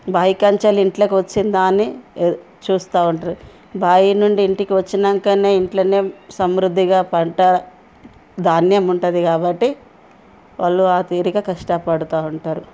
బావి కాడ నుంచెళ్ళి ఇంట్లోకి వచ్చిందా అని చూస్తూ ఉంటారు బాయి నుండి ఇంటికి వచ్చినాకనే ఇంట్లోనే సమృద్ధిగా పంట ధాన్యం ఉంటుంది కాబట్టి వాళ్ళు ఆ తీరుగా కష్టపడుతూ ఉంటారు